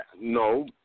no